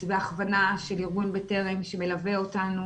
והכוונה של ארגון "בטרם" שמלווה אותנו